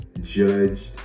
judged